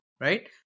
right